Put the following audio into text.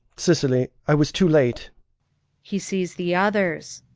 cicely, i was too late he sees the others.